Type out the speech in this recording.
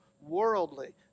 worldly